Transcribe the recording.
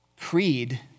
Creed